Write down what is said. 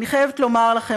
אני חייבת לומר לכם,